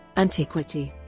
antiquity